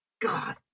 god